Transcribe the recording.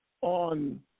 on